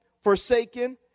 forsaken